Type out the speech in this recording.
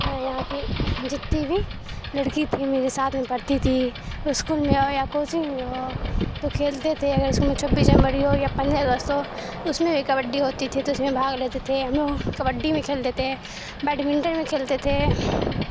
یہاں کی جتنی بھی لڑکی تھی میرے ساتھ میں پڑھتی تھی اسکول میں ہو یا کوچنگ میں ہو تو کھیلتے تھے اگر اسکول میں چھبیس جنوری ہو یا پندرہ اگست ہو اس میں بھی کبڈی ہوتی تھی تو اس میں بھاگ لیتے تھے ہم لوگ کبڈی میں کھیلتے تھے بیڈمنٹن میں کھیلتے تھے